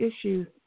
issues